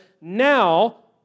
now